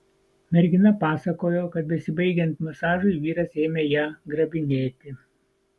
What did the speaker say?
mergina pasakojo kad besibaigiant masažui vyras ėmė ją grabinėti